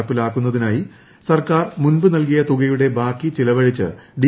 നടപ്പിലാക്കുന്നതിനായി സർക്കാർ മുൻപ് നൽകിയ തുകയുടെ ബാക്കി ചിലവഴിച്ച് ഡി